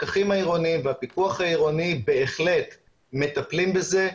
הפקחים העירוניים והפיקוח העירוני בהחלט מטפלים בזה.